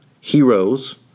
heroes